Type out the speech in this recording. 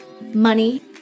money